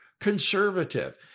conservative